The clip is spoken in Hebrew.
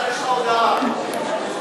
את כתיבת אמות המידה והתקנות של הישיבות,